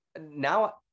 Now